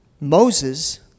Moses